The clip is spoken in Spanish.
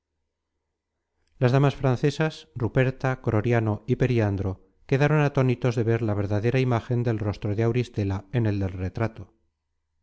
las damas francesas ruperta croriano y periandro quedaron atónitos de ver la verdadera imágen del rostro de auristela en el del retrato